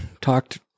Talked